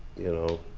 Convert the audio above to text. you know,